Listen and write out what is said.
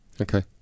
Okay